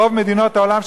ברוב מדינות העולם,